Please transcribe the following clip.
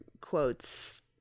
quotes